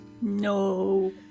No